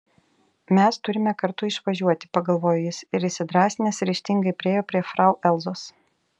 mes turime kartu išvažiuoti pagalvojo jis ir įsidrąsinęs ryžtingai priėjo prie frau elzos